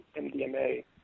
MDMA